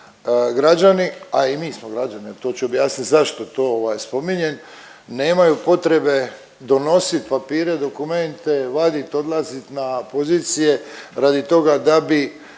građani, a mi smo građani, a to ću objasniti zašto to spominjem, nemaju potrebe donositi papire, dokumente, vadit, odlazit na pozicije radi toga da bi